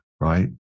right